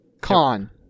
Con